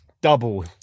double